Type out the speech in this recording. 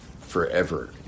forever